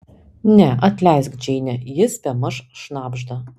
ne atleisk džeine jis bemaž šnabžda